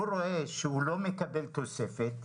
הוא רואה שהוא לא מקבל תוספת.